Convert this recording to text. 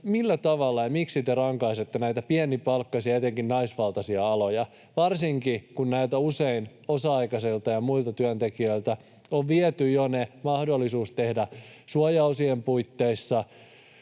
millä tavalla ja miksi te rankaisette näitä pienipalkkaisia ja etenkin naisvaltaisia aloja, varsinkin kun näiltä usein osa-aikaisilta ja muilta työntekijöiltä on viety jo mahdollisuus tehdä suojaosien puitteissa